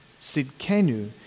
Sidkenu